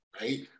right